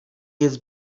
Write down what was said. jest